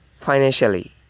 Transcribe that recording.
financially